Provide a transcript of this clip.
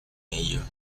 ello